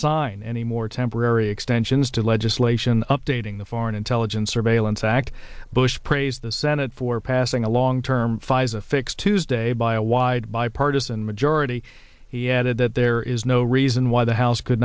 sign any more temporary extensions to legislation updating the foreign intelligence surveillance act bush praised the senate for passing a long term fix tuesday by a wide bipartisan majority he added that there is no reason why the house could